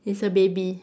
is a baby